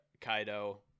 Kaido